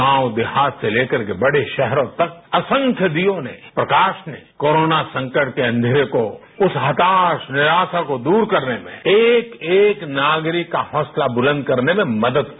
गांव देहात से लेकर बड़े शहरों तक असंख्य दीयों ने प्रकाश ने कोरोना संकट केअंघेरे को उस हताश निराशा को दूर करने में एक एक नागरिक का हौसला बुलंद करने में मदद की